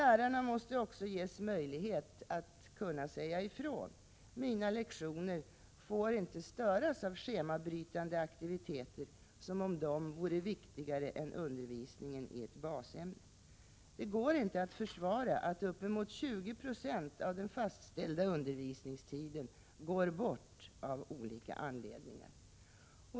Lärarna måste också ges möjlighet att säga ifrån: Mina lektioner får inte störas av schemabrytande aktiviteter som om dessa vore viktigare än undervisningen i ett basämne. Det går inte att försvara att uppemot 20 90 av den fastställda undervisningstiden går bort av olika anledningar.